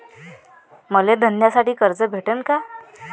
मले धंद्यासाठी कर्ज भेटन का?